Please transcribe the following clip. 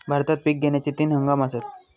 भारतात पिक घेण्याचे तीन हंगाम आसत